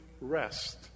rest